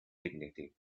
dignity